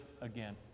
again